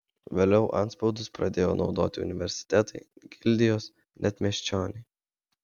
vėliau antspaudus pradėjo naudoti universitetai gildijos net miesčioniai